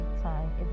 time